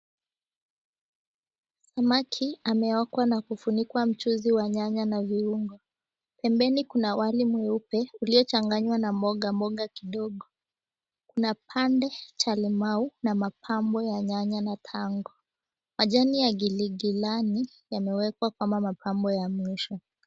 Samaki ameokwa na kufunikwa mchuzi wa nyanya na viungo. Pembeni kuna wali mweupe uliochanganywa na mboga mboga kidogo. Kuna pande cha limau na mapambo ya nyanya na tango. Majani ya gilgilani yamewekwa kama mapambo ya mwisho.